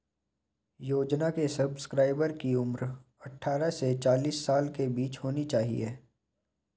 योजना के सब्सक्राइबर की उम्र अट्ठारह से चालीस साल के बीच होनी चाहिए